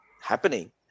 happening